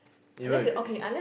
either with the e~